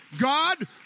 God